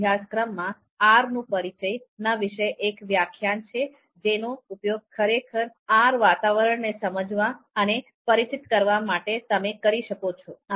એ અભ્યાસક્રમમાં R નું પરિચય ના વિશે એક વ્યાખ્યાન છે જેનો ઉપયોગ ખરેખર આર વાતાવરણને સમજવા અને પરિચિત કરવા માટે તમે કરી શકો છો